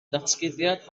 ddatguddiad